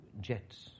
jets